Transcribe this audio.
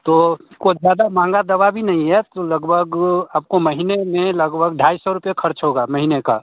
तो कोई ज़्यादा महँगा दवा भी नहीं है लगभग आपको महीने में लगभग ढाई सौ रुपये खर्च होगा महीने का